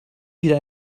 wieder